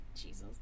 Jesus